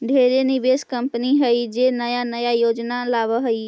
ढेरे निवेश कंपनी हइ जे नया नया योजना लावऽ हइ